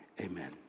Amen